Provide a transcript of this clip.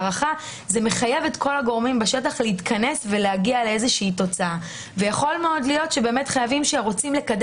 הזה, ויכול להיות שהיינו יכולים להציל